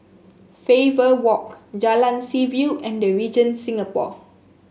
Faber Walk Jalan Seaview and The Regent Singapore